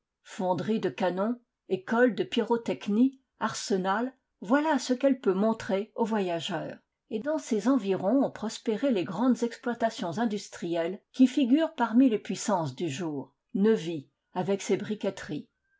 fonderie de canons école de pyrotechnie arsenal voilà ce qu'elle peut montrer au voyageur et dans ses environs ont prospéré les grandes exploitations industrielles qui figurent parmi les puissances du jour neuvy avec ses briqueteries